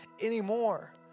anymore